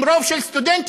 עם רוב של סטודנטיות,